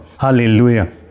Hallelujah